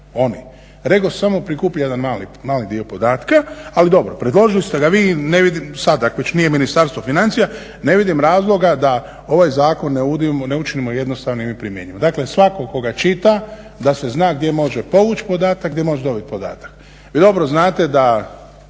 oni. REGOS samo prikuplja samo jedan mali dio podatka, ali dobro, predložili ste ga vi. Ne vidim sad ak' već nije Ministarstvo financija, ne vidim razloga da ovaj zakon ne učinimo jednostavnim i primijenimo. Dakle, svatko tko ga čita da se zna gdje može povući podatak, gdje može dobit podatak. Vi dobro znate da